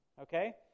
okay